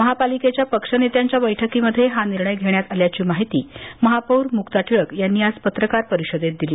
महापालिकेच्या पक्ष नेत्यांच्या बैठकीमध्ये हा निर्णय घेण्यात आल्याची माहिती महापौर मुक्ता टिळक यांनी आज पत्रकार परिषदेत दिली